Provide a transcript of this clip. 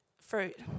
fruit